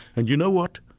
and you know what?